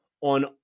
on